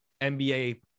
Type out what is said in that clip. NBA